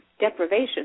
deprivation